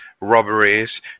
robberies